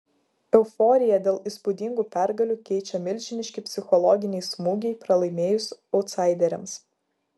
euforiją dėl įspūdingų pergalių keičia milžiniški psichologiniai smūgiai pralaimėjus autsaideriams